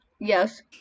Yes